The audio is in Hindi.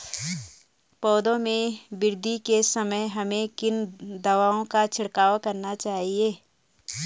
पौधों में वृद्धि के समय हमें किन दावों का छिड़काव करना चाहिए?